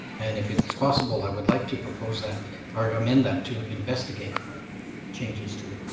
and if it's possible, i would like to propose that or amend that to investigate changes to the.